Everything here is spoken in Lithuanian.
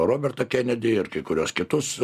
roberto kennedy ir kai kuriuos kitus